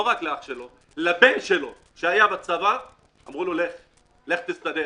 או לבן שלו שהיה בצבא אמרו: "לך תסתדר".